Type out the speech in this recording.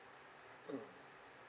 mm